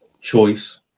choice